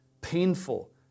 painful